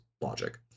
Logic